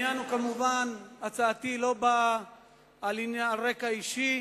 הצעתי לא באה על רקע אישי.